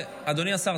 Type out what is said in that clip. אדוני השר,